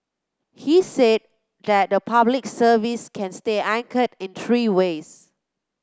he said that the Public Service can stay anchored in three ways